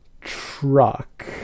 truck